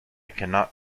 cannot